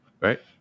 Right